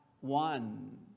one